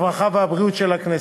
הרווחה והבריאות של הכנסת.